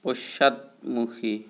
পশ্চাদমুখী